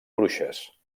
bruixes